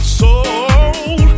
soul